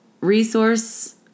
resource